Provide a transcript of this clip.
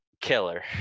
Killer